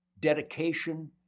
dedication